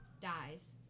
dies